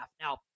Now